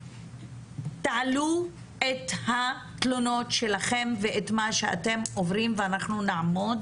תעלו את התלונות שלכם ואת מה שאתם עוברים ואנחנו נעמוד